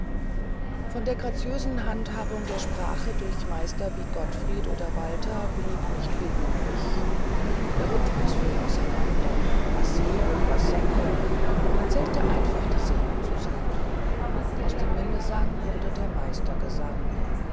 von der graziösen handhabung der sprache durch meister wie gottfried oder walter blieb nicht viel übrig der rhythmus fiel auseinander was hebung was senkung man zählte einfach die silben zusammen aus dem minnesang erwuchs der meistergesang